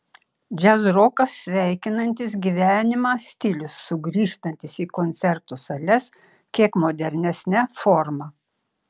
džiazrokas sveikinantis gyvenimą stilius sugrįžtantis į koncertų sales kiek modernesne forma